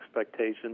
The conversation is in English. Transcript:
expectations